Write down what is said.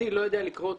אני לא יודע לקרוא אותו.